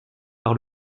par